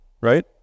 right